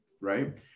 right